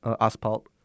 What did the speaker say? asphalt